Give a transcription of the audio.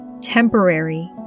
temporary